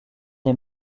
des